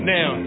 Now